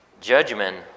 Judgment